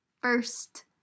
first